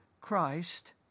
Christ